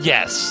Yes